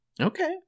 Okay